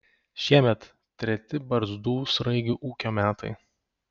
šiemet treti barzdų sraigių ūkio metai